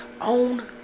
own